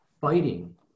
fighting